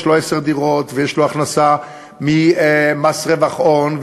יש לו עשר דירות ויש לו הכנסה ממס רווח הון,